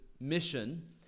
mission